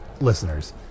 listeners